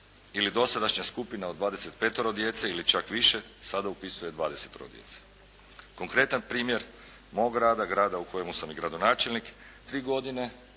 ili dosadašnja skupina o 25 djece ili čak više sada upisuje 20 djece. Konkretan primjer mog grada, grada u kojemu sam i gradonačelnik, 3 godine